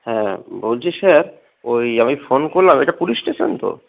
হ্যাঁ বলছি স্যার ওই আমি ফোন করলাম এটা পুলিশ স্টেশন তো